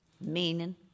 Meaning